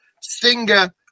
singer